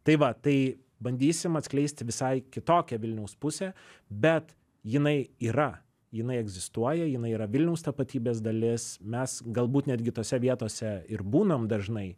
tai va tai bandysim atskleisti visai kitokią vilniaus pusę bet jinai yra jinai egzistuoja jinai yra vilniaus tapatybės dalis mes galbūt netgi tose vietose ir būnam dažnai